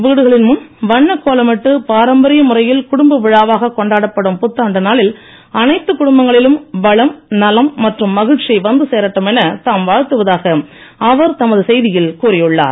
வீடுகளின் முன் வண்ணக்கோலமிட்டு பாரம்பரிய முறையில் குடும்ப விழாவாக கொண்டாடப்படும் புத்தாண்டு நாளில் அனைத்து குடும்பங்களிலும் வளம் நலம் மற்றும் மகிழ்ச்சி வந்து சேரட்டும் என தாம் வாழ்த்துவதாக அவர் தமது செய்தியில் கூறியுள்ளார்